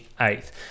eighth